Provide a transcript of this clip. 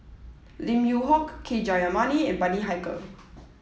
Lim Yew Hock K Jayamani and Bani Haykal